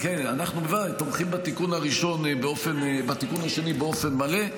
כן, אנחנו תומכים בתיקון השני באופן מלא.